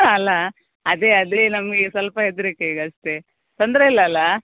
ಅಲಾ ಅದೇ ಅದೇ ನಮಗೆ ಸ್ವಲ್ಪ ಹೆದರಿಕೆ ಈಗಷ್ಟೇ ತೊಂದರೆಯಿಲ್ಲ ಅಲಾ